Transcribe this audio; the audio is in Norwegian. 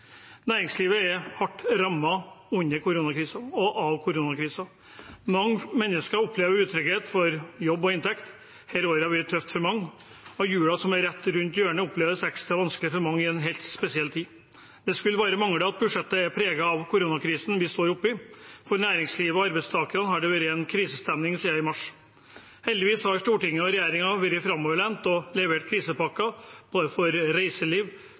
Næringslivet er hardt rammet under koronakrisen og av koronakrisen. Mange mennesker opplever utrygghet for jobb og inntekt. Dette året har vært tøft for mange, og julen som er rett rundt hjørnet, oppleves ekstra vanskelig for mange i en helt spesiell tid. Det skulle bare mangle at budsjettet er preget av koronakrisen vi står oppe i. For næringslivet og arbeidstakerne har det vært en krisestemning siden i mars. Heldigvis har Stortinget og regjeringen vært framoverlent og levert krisepakker for både reiseliv,